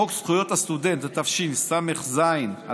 4. חוק זכויות הסטודנט, התשס"ז 2007,